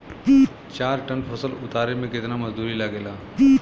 चार टन फसल उतारे में कितना मजदूरी लागेला?